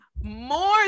More